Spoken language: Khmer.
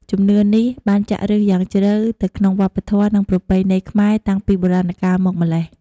ជំនឿនេះបានចាក់ឫសយ៉ាងជ្រៅទៅក្នុងវប្បធម៌ និងប្រពៃណីខ្មែរតាំងពីបុរាណកាលមកម្ល៉េះ។